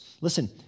Listen